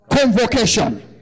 Convocation